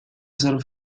ser